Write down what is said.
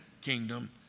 kingdom